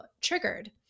Triggered